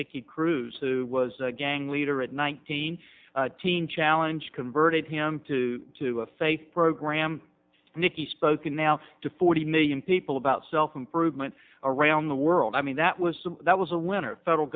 nikki cruz who was a gang leader at nineteen teen challenge converted him to to a faith program nikki spoke and now to fort a million people about self improvement around the world i mean that was that was a winner federal